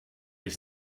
ich